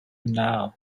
now